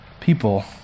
people